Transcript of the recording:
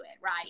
Right